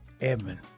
Edmund